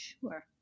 Sure